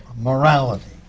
morality.